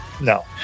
No